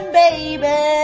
baby